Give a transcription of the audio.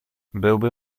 byłby